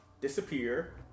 disappear